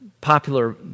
popular